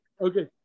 Okay